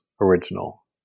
original